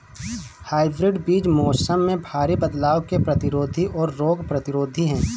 hybrid बीज मौसम में भारी बदलाव के प्रतिरोधी और रोग प्रतिरोधी हैं